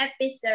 episode